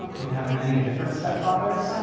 you can have many different stepfathers.